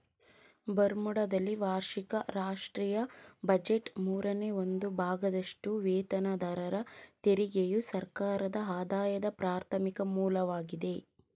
ಬರ್ಮುಡಾದಲ್ಲಿ ವಾರ್ಷಿಕ ರಾಷ್ಟ್ರೀಯ ಬಜೆಟ್ನ ಮೂರನೇ ಒಂದು ಭಾಗದಷ್ಟುವೇತನದಾರರ ತೆರಿಗೆಯು ಸರ್ಕಾರದಆದಾಯದ ಪ್ರಾಥಮಿಕ ಮೂಲವಾಗಿದೆ